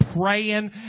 praying